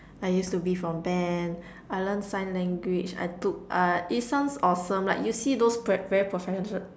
I used to be from band I learnt sign language I took art it sounds awesome like you see those pr~ very professional